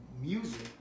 music